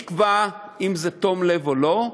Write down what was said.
מי יקבע אם זה בתום לב או לא?